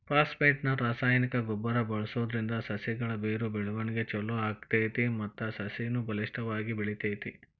phosphate ನ ರಾಸಾಯನಿಕ ಗೊಬ್ಬರ ಬಳ್ಸೋದ್ರಿಂದ ಸಸಿಗಳ ಬೇರು ಬೆಳವಣಿಗೆ ಚೊಲೋ ಆಗ್ತೇತಿ ಮತ್ತ ಸಸಿನು ಬಲಿಷ್ಠವಾಗಿ ಬೆಳಿತೇತಿ